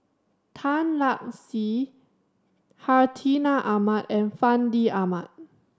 Tan Lark Sye Hartinah Ahmad and Fandi Ahmad